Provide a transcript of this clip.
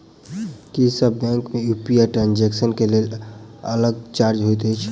की सब बैंक मे UPI transaction केँ लेल अलग चार्ज होइत अछि?